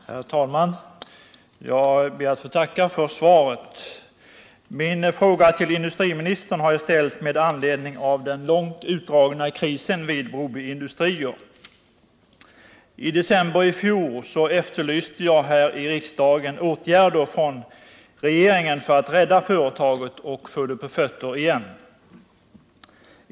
Herr talman! Jag ber att få tacka för svaret. Min fråga till industriministern har jag ställt med anledning av den långt utdragna krisen vid Broby Industrier. I december i fjol efterlyste jag här i riksdagen åtgärder från regeringen för att rädda företaget och få det på fötter igen.